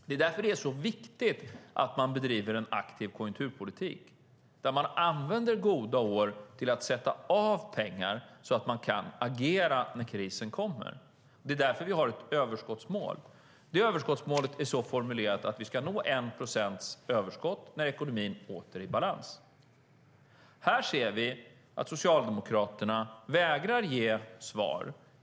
Det är därför det är så viktigt att man bedriver en aktiv konjunkturpolitik där man använder goda år till att sätta av pengar, så att man kan agera när krisen kommer. Det är därför vi har ett överskottsmål. Det överskottsmålet är så formulerat att vi ska nå 1 procents överskott när ekonomin åter är i balans. Här vägrar Socialdemokraterna ge svar.